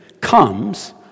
comes